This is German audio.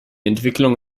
entwicklung